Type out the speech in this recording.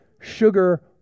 sugar